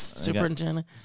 superintendent